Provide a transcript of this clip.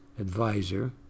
advisor